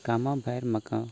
कामा भायर म्हाका